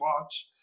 watch